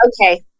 okay